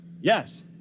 Yes